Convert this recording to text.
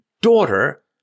daughter